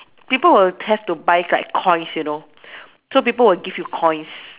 people will have to buy like coins you know so people will give you coins